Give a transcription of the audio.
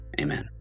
Amen